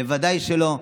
ודאי שלא.